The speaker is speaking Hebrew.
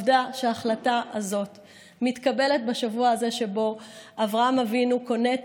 העובדה שההחלטה הזאת מתקבלת בשבוע הזה שבו אברהם אבינו קנה את